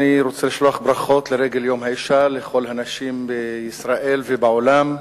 אני רוצה לשלוח ברכות לרגל יום האשה לכל הנשים בישראל ובעולם,